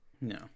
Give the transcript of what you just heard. No